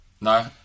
No